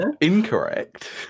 incorrect